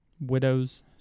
Widows